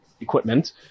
equipment